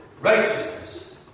righteousness